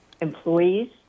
employees